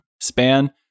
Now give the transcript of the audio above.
span